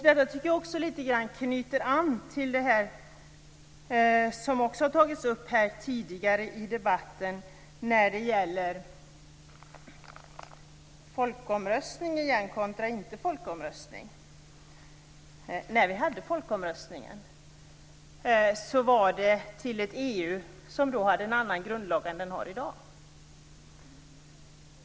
Detta anknyter till en annan sak som också har tagits upp här tidigare i debatten, och det gäller folkomröstning kontra inte folkomröstning. Den förra folkomröstningen gällde medlemskap i ett EU som hade en annan grundlag än vad EU har i dag.